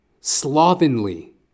slovenly